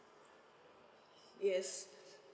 yes